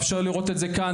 אפשר לראות את זה כאן,